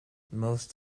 most